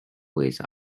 with